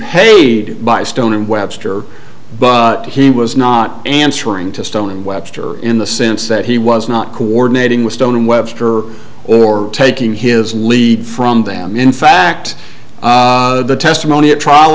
paid by stone and webster but he was not answering to stone and webster in the sense that he was not coordinating with stone and webster or taking his lead from them in fact the testimony at trial